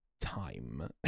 time